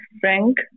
frank